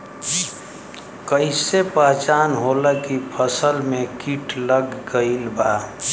कैसे पहचान होला की फसल में कीट लग गईल बा?